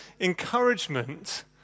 encouragement